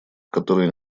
которые